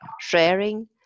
sharing